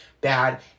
bad